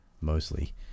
mostly